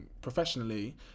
professionally